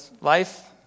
Life